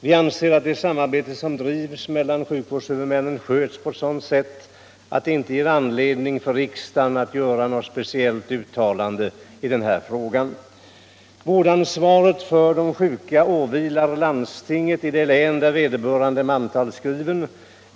Vi anser att det samarbete som bedrivs mellan sjukvårdshuvudmännen skötts på ett sådant sätt att det inte ger anledning för riksdagen att göra något speciellt uttalande i den här frågan. Vårdansvaret för de sjuka åvilar landstinget i det län där vederbörande är mantalsskriven.